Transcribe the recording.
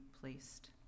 placed